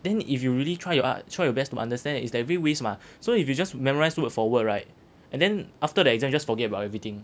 then if you really try your up~ try your best to understand it's like a bit waste mah so if you just memorise word for word right and then after the exam you just forget about everything